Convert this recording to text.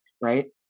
Right